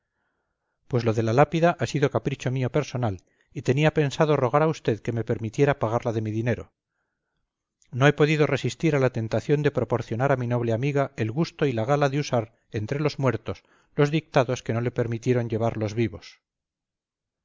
pues lo de la lápida ha sido capricho mío personal y tenía pensado rogar a usted que me permitiera pagarla de mi dinero no he podido resistir a la tentación de proporcionar a mi noble amiga el gusto y la gala de usar entre los muertos los dictados que no le permitieron llevar los vivos